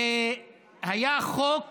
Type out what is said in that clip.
היה חוק